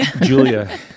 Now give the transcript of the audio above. Julia